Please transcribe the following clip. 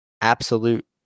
Absolute